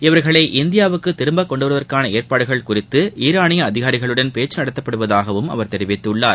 இவா்களை இந்தியாவுக்கு திரும்ப கொண்டுவருவதற்கான ஏற்பாடுகள் குறித்து ஈரானிய அதிகாரிகளுடன் பேச்சு நடத்தப்படுவதாகவும் அவர் தெரிவித்தார்